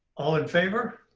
all in favor?